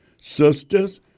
Sisters